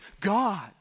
God